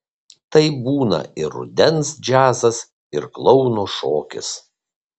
tai būna ir rudens džiazas ir klouno šokis